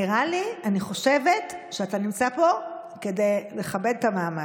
אני חושבת שאתה נמצא פה כדי לכבד את המעמד,